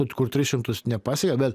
kur tris šimtus nepasiekia bet